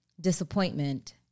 disappointment